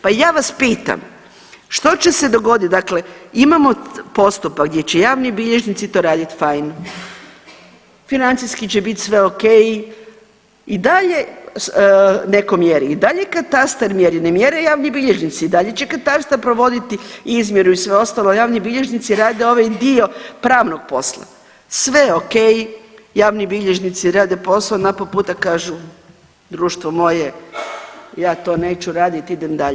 Pa ja vas pitam što će se dogodit, dakle imamo postupak gdje će javni bilježnici to radit fajn, financijski će bit sve okej i dalje neko mjeri i dalje katastar mjeri, ne mjere javni bilježnici i dalje će katastar provoditi izmjeru i sve ostalo, a javni bilježnici rade ovaj dio pravnog posla, sve je okej, javni bilježnici rade posao, na po puta kažu društvo moje ja to neću radit idem radit.